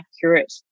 accurate